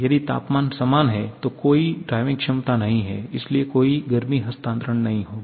यदि तापमान समान है तो कोई ड्राइविंग क्षमता नहीं है इसलिए कोई गर्मी हस्तांतरण नहीं होगा